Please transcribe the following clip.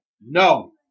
No